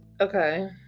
Okay